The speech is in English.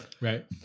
Right